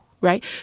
right